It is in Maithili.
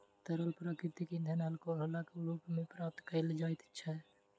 तरल प्राकृतिक इंधन अल्कोहलक रूप मे प्राप्त कयल जाइत अछि